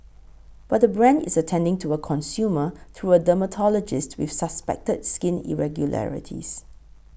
but the brand is attending to a consumer through a dermatologist with suspected skin irregularities